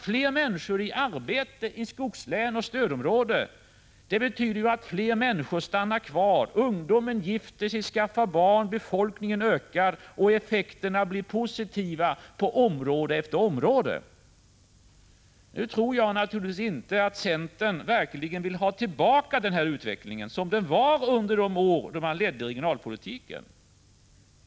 Fler människor i arbete i skogslän och stödområden betyder ju att fler människor stannar kvar. Ungdomen gifter sig, skaffar sig barn, folkmängden ökar och effekterna blir positiva på område efter område. Nu tror jag naturligtvis inte att centern verkligen vill ha tillbaka den utveckling som man hade under de år då man ledde regionalpolitiken.